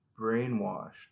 brainwashed